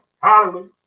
Hallelujah